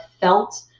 felt